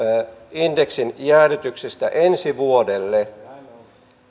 indeksin jäädytyksestä ensi vuodelle